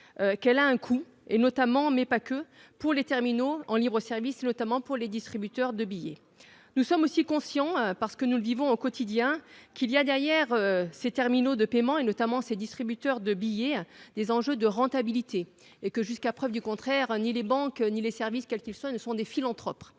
qu'elle a un coût et notamment mais pas que pour les terminaux en libre-service notamment pour les distributeurs de billets. Nous sommes aussi conscients parce que nous le vivons au quotidien qu'il y a derrière ces terminaux de paiement et notamment ses distributeurs de billets des enjeux de rentabilité et que jusqu'à preuve du contraire, ni les banques ni les services, quel qu'il soit ne sont des philanthropes.